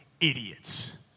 idiots